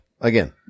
again